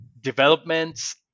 developments